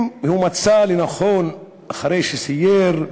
אם הוא מצא לנכון אחרי שסייר,